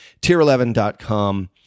tier11.com